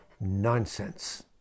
Nonsense